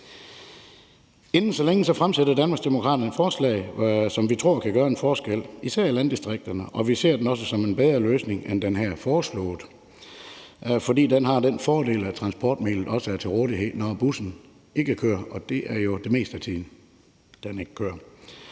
Inden længe fremsætter Danmarksdemokraterne et forslag, som vi tror kan gøre en forskel, især i landdistrikterne, og vi ser det også som en bedre løsning end den, der her er foreslået, fordi det har den fordel, at transportmidlet også er til rådighed, når bussen ikke kører, og det er jo det meste af tiden, den ikke kører.